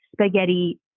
spaghetti